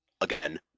again